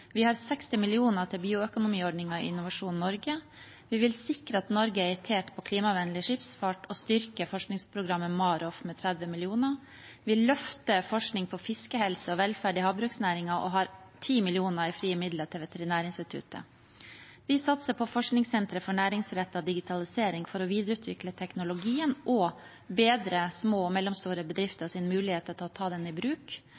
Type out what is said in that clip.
Vi har 60 mill. kr til bioøkonomiordningen i Innovasjon Norge, og vi vil sikre at Norge er i tet når det gjelder klimavennlig skipsfart, og styrker forskningsprogrammet MAROFF med 30 mill. kr. Vi løfter forskning på fiskehelse og -velferd i havbruksmeldingen og har 10 mill. kr i frie midler til Veterinærinstituttet. Vi satser på forskningssentre for næringsrettet digitalisering for å videreutvikle teknologien og bedre små og mellomstore